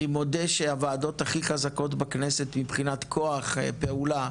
אני מודה שהוועדות הכי חזקות בכנסת מבחינת כוח פעולה,